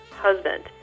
husband